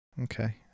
Okay